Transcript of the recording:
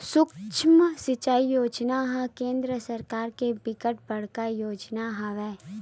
सुक्ष्म सिचई योजना ह केंद्र सरकार के बिकट बड़का योजना हवय